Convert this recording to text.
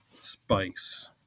spice